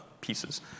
pieces